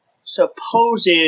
supposed